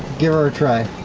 give er a try.